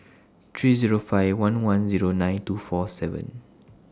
three Zero five one one Zero nine two four seven